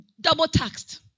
double-taxed